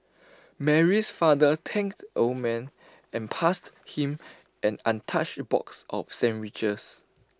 Mary's father thanked the old man and passed him an untouched box of sandwiches